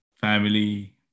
family